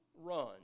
run